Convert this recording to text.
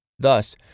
Thus